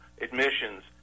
admissions